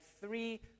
three